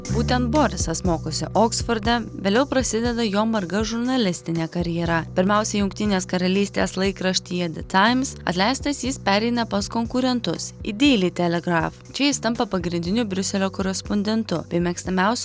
būtent borisas mokosi oksforde vėliau prasideda jo marga žurnalistinė karjera pirmiausiai jungtinės karalystės laikraštyje the times atleistas jis pereina pas konkurentus į daily telegraph čia jis tampa pagrindiniu briuselio korespondentu bei mėgstamiaus